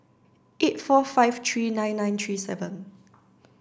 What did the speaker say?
eight four five three nine nine three seven